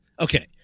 okay